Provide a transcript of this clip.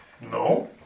No